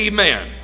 Amen